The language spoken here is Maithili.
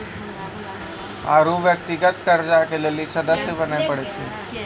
आरु व्यक्तिगत कर्जा के लेली सदस्य बने परै छै